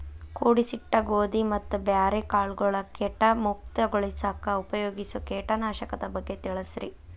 ಕೂಡಿಸಿಟ್ಟ ಗೋಧಿ ಮತ್ತ ಬ್ಯಾರೆ ಕಾಳಗೊಳ್ ಕೇಟ ಮುಕ್ತಗೋಳಿಸಾಕ್ ಉಪಯೋಗಿಸೋ ಕೇಟನಾಶಕದ ಬಗ್ಗೆ ತಿಳಸ್ರಿ